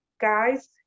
guys